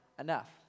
enough